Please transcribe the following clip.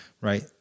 right